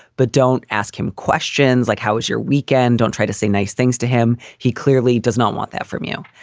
but don't ask him questions like, how is your weekend? don't try to say nice things to him. he clearly does not want that from you.